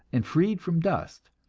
and freed from dust,